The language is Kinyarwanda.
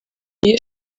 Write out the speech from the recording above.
iyo